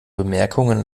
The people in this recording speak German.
bemerkungen